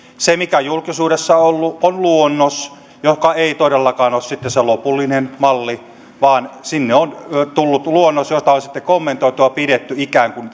se mikä on julkisuudessa ollut on luonnos joka ei todellakaan ole sitten se lopullinen malli sinne on tullut luonnos jota on sitten kommentoitu ja pidetty ikään kuin